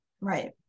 Right